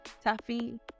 taffy